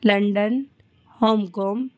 London Hong Kong